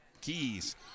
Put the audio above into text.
Keys